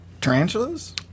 Tarantulas